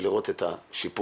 ולראות את השיפורים.